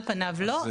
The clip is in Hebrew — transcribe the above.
על פניו לא,